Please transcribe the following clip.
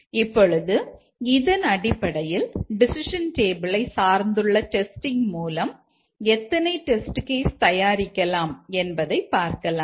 இப்பொழுது இதனடிப்படையில் டெசிஷன் டேபிளை சார்ந்துள்ள டெஸ்டிங் மூலம் எத்தனை டெஸ்ட் கேஸ் தயாரிக்கலாம் என்பதை பார்க்கலாம்